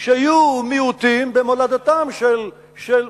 שיהיו מיעוטים במולדתם של,